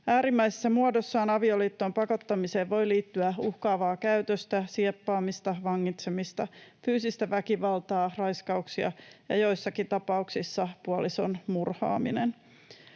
Äärimmäisessä muodossaan avioliittoon pakottamiseen voi liittyä uhkaavaa käytöstä, sieppaamista, vangitsemista, fyysistä väkivaltaa, raiskauksia ja joissakin tapauksissa puolison murhaaminen.